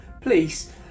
Please